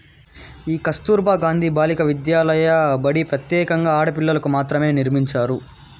ఈ కస్తుర్బా గాంధీ బాలికా విద్యాలయ బడి ప్రత్యేకంగా ఆడపిల్లలకు మాత్రమే నిర్మించారు